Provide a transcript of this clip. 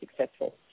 successful